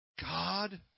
God